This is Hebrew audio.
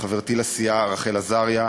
לחברתי לסיעה רחל עזריה,